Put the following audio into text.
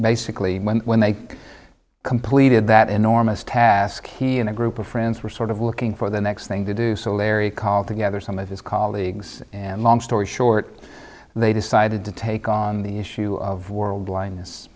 basically when when they completed that enormous task he and a group of friends were sort of looking for the next thing to do so larry called together some of his colleagues and long story short they decided to take on the issue of world blin